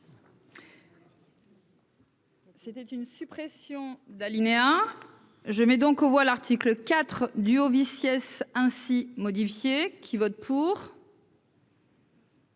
C'était une suppression d'alinéas je mets donc aux voix l'article IV du Ovi Siess ainsi modifié qui vote pour.